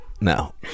no